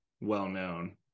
well-known